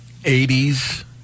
80s